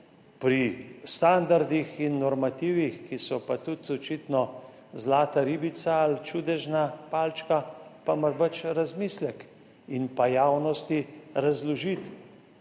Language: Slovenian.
pri standardih in normativih, ki so pa tudi očitno zlata ribica ali čudežna palčka, pa morda razmislek in javnosti razložiti,